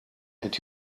and